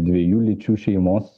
dviejų lyčių šeimos